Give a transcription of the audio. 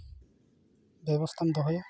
ᱵᱮᱵᱚᱥᱛᱷᱟᱢ ᱫᱚᱦᱚᱭᱟ